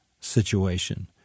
situation